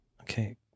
Okay